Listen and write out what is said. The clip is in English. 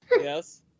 Yes